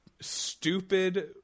stupid